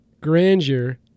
grandeur